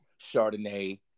Chardonnay